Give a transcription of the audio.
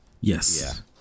Yes